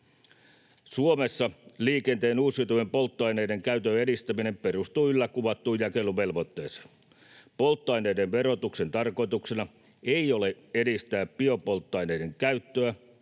Suomessa liikenteen uusiutuvien polttoaineiden käytön edistäminen perustuu yllä kuvattuun jakeluvelvoitteeseen. Polttoaineiden verotuksen tarkoituksena ei ole edistää biopolttoaineiden käyttöä